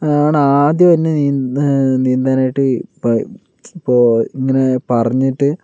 ആണ് ആദ്യം എന്നെ നീന്താ നീന്താൻ ആയിട്ട് ഇപ്പോൾ ഇങ്ങനെ പറഞ്ഞിട്ട്